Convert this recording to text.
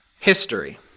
History